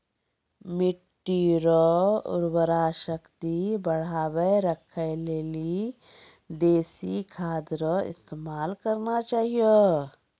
मिट्टी रो उर्वरा शक्ति बढ़ाएं राखै लेली देशी खाद रो इस्तेमाल करना चाहियो